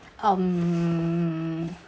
um